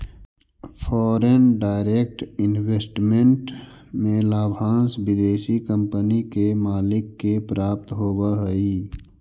foreign direct investment में लाभांश विदेशी कंपनी के मालिक के प्राप्त होवऽ हई